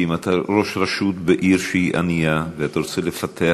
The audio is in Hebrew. כי אם אתה ראש רשות בעיר שהיא ענייה ואתה רוצה לפתח